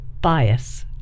bias